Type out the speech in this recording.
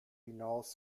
hinaus